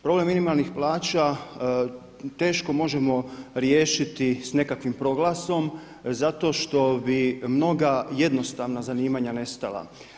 Problem minimalnih plaća teško možemo riješiti s nekakvim proglasom zato što bi mnoga jednostavna zanimanja nestala.